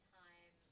time